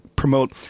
promote